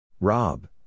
Rob